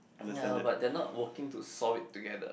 ya but they are not working to solve it together